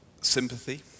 sympathy